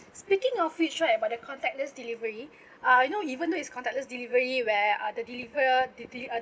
speaking of which right about the contactless delivery uh you know even though its contactless delivery where uh they deliver the deli~ uh